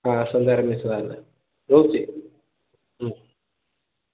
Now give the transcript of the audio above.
ହଁ ସନ୍ଧ୍ୟାରେ ମିଶିବା ହେଲେ ରହୁଛି ହୁଁ